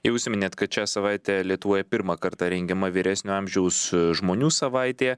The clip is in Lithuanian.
jau užsiminėt kad šią savaitę lietuvoj pirmą kartą rengiama vyresnio amžiaus žmonių savaitė